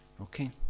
Okay